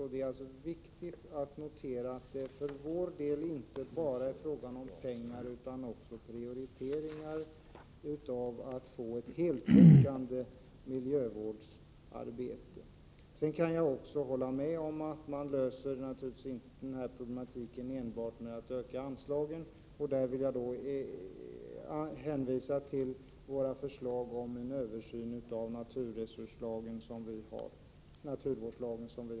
Det är alltså viktigt att notera att det för vår del inte bara är fråga om pengar utan också om prioriteringar för att få till stånd ett heltäckande 131 miljövårdsarbete. Jag kan också hålla med om att man inte klarar denna problematik enbart genom att öka anslagen. Jag vill i detta sammanhang hänvisa till våra förslag om en översyn av naturvårdslagen.